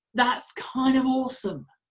that's kind of awesome,